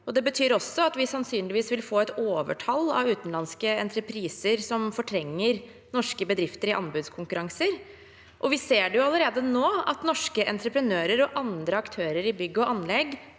det betyr også at vi sannsynligvis vil få et overtall av utenlandske entrepriser som fortrenger norske bedrifter i anbudskonkurranser. Vi ser allerede nå at norske entreprenører og andre aktører i bygg og anlegg